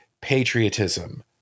patriotism